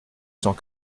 cent